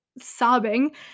sobbing